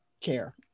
care